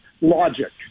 logic